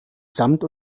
samt